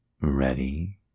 ready